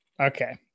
Okay